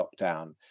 lockdown